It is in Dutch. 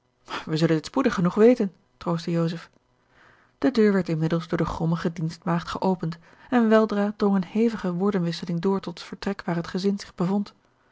wij zullen dit spoedig genoeg weten troostte joseph de deur werd inmiddels door de grommige dienstmaagd geopend en weldra drong eene hevige woordenwisseling door tot het vertrek waar het gezin zich bevond